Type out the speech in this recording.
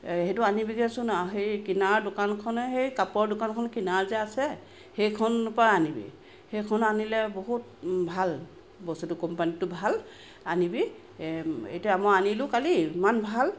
সেইটো আনিবিগেচোন হেৰি কিনাৰৰ দোকানখন সেই কাপোৰৰ দোকানখন কিনাৰত যে আছে সেইখন পৰা আনিবি সেইখন আনিলে বহুত ভাল বস্তুটো কোম্পানীটো ভাল আনিবি এতিয়া মই আনিলো কালি ইমান ভাল